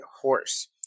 Horse